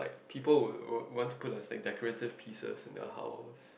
people would would would want to put a decorative pieces in their house